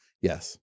Yes